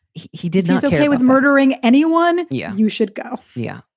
he he did so with murdering anyone. yeah. you should go yeah